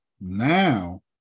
now